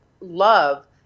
love